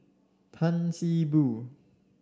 Tan See Boo